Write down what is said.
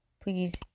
please